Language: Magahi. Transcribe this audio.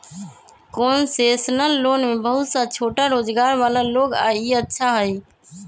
कोन्सेसनल लोन में बहुत सा छोटा रोजगार वाला लोग ला ई अच्छा हई